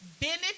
Bennett